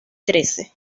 trece